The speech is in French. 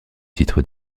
titre